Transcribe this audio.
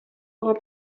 eurer